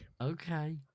Okay